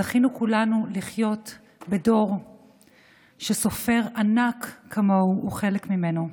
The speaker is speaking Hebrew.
זכינו כולנו לחיות בדור שסופר ענק כמוהו הוא חלק ממנו.